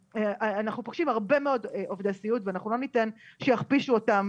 אנחנו פוגשים הרבה מאוד עובדי סיעוד ואנחנו לא ניתן שיכפישו אותם